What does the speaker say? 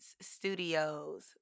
Studios